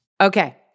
Okay